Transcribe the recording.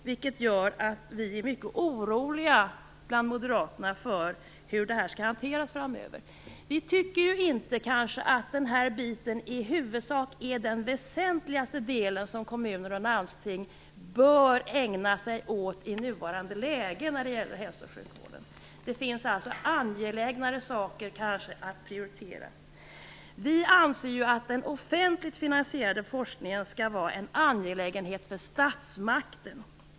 Det gör att vi moderater är mycket oroliga för hur det här skall hanteras framöver. Vi tycker inte att detta är det väsentligaste som kommuner och landsting kan ägna sig åt i nuvarande läge i hälso och sjukvården. Det finns angelägnare saker att prioritera. Vi anser i princip att den offentligt finansierade forskningen skall vara en angelägenhet för statsmakten.